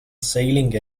sailing